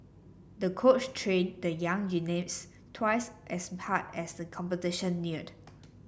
the coach trained the young twice as hard as the competition neared